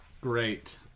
Great